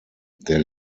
der